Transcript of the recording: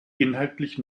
inhaltlich